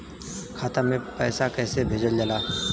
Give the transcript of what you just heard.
खाता में पैसा कैसे भेजल जाला?